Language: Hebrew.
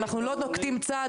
אנחנו לא נוקטים צד,